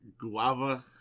Guava